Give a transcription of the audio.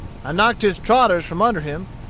i knocked his trotters from under him,